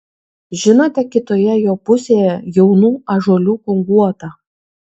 žinote kitoje jo pusėje jaunų ąžuoliukų guotą